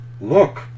look